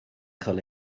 cael